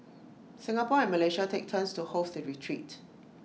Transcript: Singapore and Malaysia take turns to host the retreat